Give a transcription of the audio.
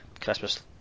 Christmas